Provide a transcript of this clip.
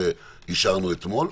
שאישרנו אתמול,